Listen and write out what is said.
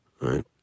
right